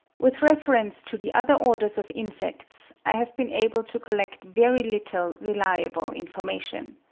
with reference to the other orders of insects, i have been able to collect very little reliable information.